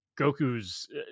Goku's